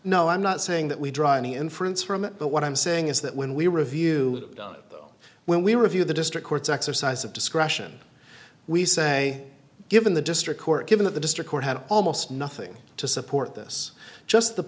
no i'm not saying that we draw any inference from it but what i'm saying is that when we review done when we review the district court's exercise of discretion we say given the district court given that the district court had almost nothing to support this just the